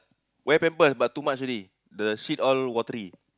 wear pamper but too much already the shit all watery